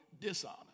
dishonor